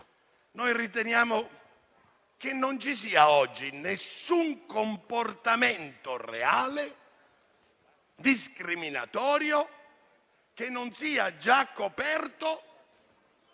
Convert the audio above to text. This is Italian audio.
Noi pensiamo che non ci sia oggi nessun reale comportamento discriminatorio che non sia già coperto